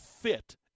fit